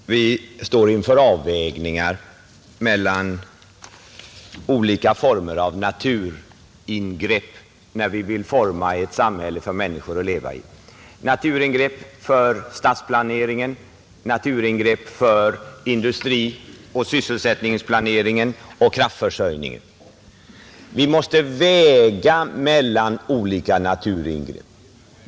Fru talman! Vi står inför avvägningar mellan olika former av naturingrepp när vi vill forma ett samhälle för människor att leva i: naturingrepp för stadsplaneringen, naturingrepp för industrioch sysselsättningsplaneringen och för kraftförsörjningen. Vi måste väga mellan olika naturingrepp.